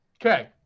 Okay